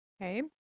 Okay